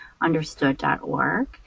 understood.org